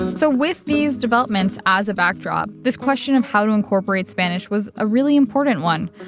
and so with these developments as a backdrop, this question of how to incorporate spanish was a really important one.